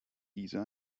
diese